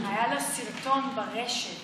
היה לו סרטון ברשת